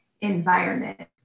environment